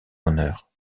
honneur